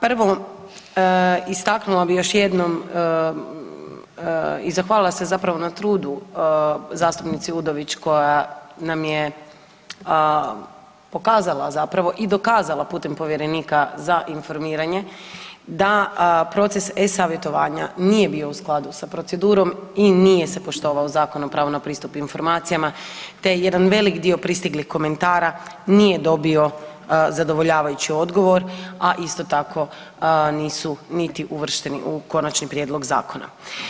Prvo, istaknula bih još jednom i zahvalila se zapravo na trudu zastupnici Udović koja nam je pokazala zapravo i dokazala putem povjerenika za informiranje da proces e-savjetovanja nije bio u skladu sa procedurom i nije se poštovao Zakon o pravu na pristup informacija, te jedan velik dio pristiglih komentara nije dobio zadovoljavajući odgovor, a isto tako nisu niti uvršteni u konačni prijedlog zakona.